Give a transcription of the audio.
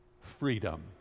Freedom